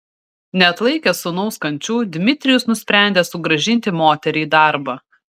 neatlaikęs sūnaus kančių dmitrijus nusprendė sugrąžinti moterį į darbą